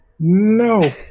No